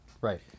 Right